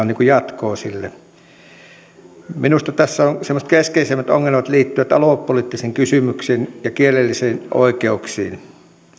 niin kuin jatkoa sille minusta tässä semmoiset keskeisimmät ongelmat liittyvät aluepoliittisiin kysymyksiin ja kielellisiin oikeuksiin